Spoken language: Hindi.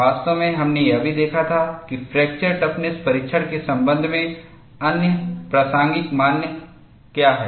वास्तव में हमने यह भी देखा था कि फ्रैक्चर टफनेस परीक्षण के संबंध में अन्य प्रासंगिक मानक क्या हैं